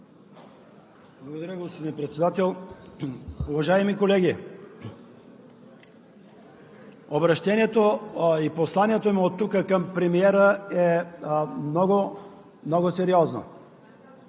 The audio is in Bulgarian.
Благодаря, господин Председател. Уважаеми колеги, обръщението и посланието ми от тук към премиера е много сериозно.